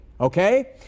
okay